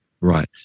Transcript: Right